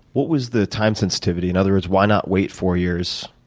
what was the time sensitivity? in other words, why not wait four years,